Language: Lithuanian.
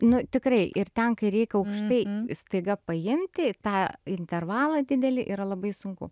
nu tikrai ir ten kai reik aukštai staiga paimti tą intervalą didelį yra labai sunku